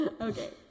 Okay